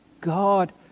God